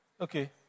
Okay